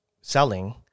selling